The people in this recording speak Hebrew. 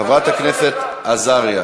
חברת הכנסת עזריה.